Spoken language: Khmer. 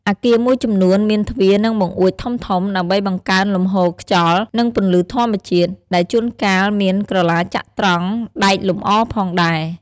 អគារមួយចំនួនមាន ទ្វារ និងបង្អួចធំៗ ដើម្បីបង្កើនលំហូរខ្យល់ និងពន្លឺធម្មជាតិ ដែលជួនកាលមានក្រឡាចត្រង្គដែកលម្អផងដែរ។